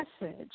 message